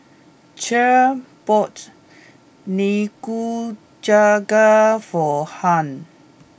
Cher bought Nikujaga for Hung